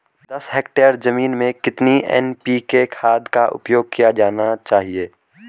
दस हेक्टेयर जमीन में कितनी एन.पी.के खाद का उपयोग किया जाना चाहिए?